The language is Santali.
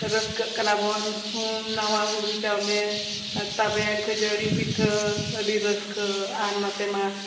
ᱨᱟᱹᱥᱠᱟᱹᱜ ᱠᱟᱱᱟ ᱵᱚᱱ ᱩᱱᱦᱚᱸ ᱱᱟᱣᱟ ᱦᱩᱲᱩ ᱪᱟᱣᱞᱮ ᱛᱟᱵᱮᱱ ᱠᱷᱟᱹᱡᱟᱹᱲᱤ ᱯᱤᱴᱷᱟᱹ ᱟᱹᱰᱤ ᱨᱟᱹᱥᱠᱟᱹ ᱟᱨ ᱱᱚᱛᱮ ᱢᱟ